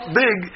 big